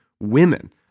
Women